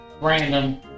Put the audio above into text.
Random